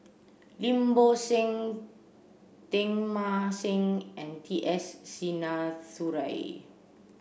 Lim Bo Seng Teng Mah Seng and T S Sinnathuray